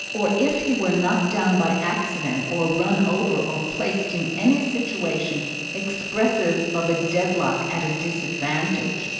or if he were knocked down by accident, or run over, or placed in any situation expressive of a dedlock at a disadvantage,